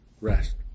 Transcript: rest